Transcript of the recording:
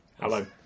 Hello